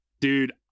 Dude